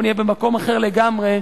אנחנו נהיה במקום אחר לגמרי,